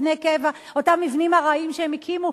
אותם מבנים ארעיים שהם הקימו,